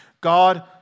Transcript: God